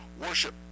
worship